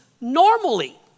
Normally